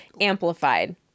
amplified